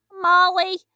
Molly